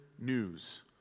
news